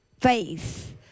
faith